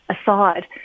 aside